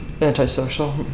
Antisocial